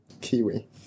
Kiwi